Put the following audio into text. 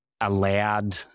allowed